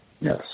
Yes